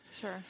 Sure